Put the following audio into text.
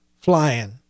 flying